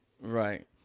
right